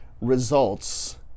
results